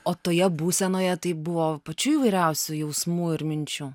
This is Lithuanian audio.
o toje būsenoje tai buvo pačių įvairiausių jausmų ir minčių